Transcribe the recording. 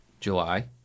July